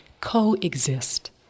coexist